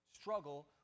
struggle